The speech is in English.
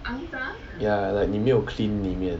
ya like 你没有 clean 里面